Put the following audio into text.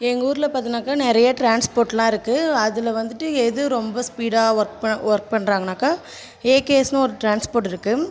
எங்கள் ஊரில் பார்த்தின்னாக்கா நிறைய டிரான்ஸ்ஃபோர்ட்லாம் இருக்குது அதில் வந்துட்டு எது ரொம்ப ஸ்பீடாக ஒர்க் பண் ஒர்க் பண்ணுறாங்கன்னாக்கா ஏகேஎஸ்னு ஒரு டிரான்ஸ்ஃபோர்ட் இருக்குது